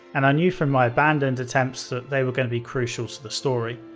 and i knew from my abandoned attempts that they were going to be crucial to the story.